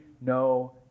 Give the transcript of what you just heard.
no